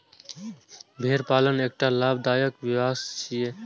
भेड़ पालन एकटा लाभदायक व्यवसाय छियै